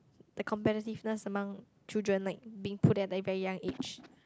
the competitiveness among children like being put there at very very young age